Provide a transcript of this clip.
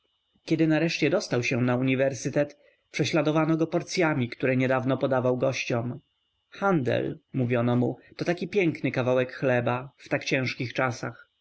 kiedy nareszcie dostał się do uniwersytetu prześladowano go porcyami które niedawno podawał gościom handel mówiono mu to taki piękny kawałek chleba w tak ciężkich czasach